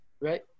right